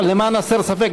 למען הסר ספק,